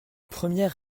première